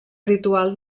ritual